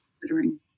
considering